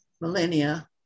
millennia